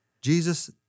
Jesus